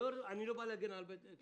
אני לא בא להגן על בית אקשטיין,